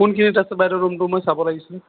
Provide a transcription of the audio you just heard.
কোনখিনিত আছে বাইদ' ৰুমটো মই চাব লাগিছিল